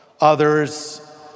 others